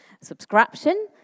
Subscription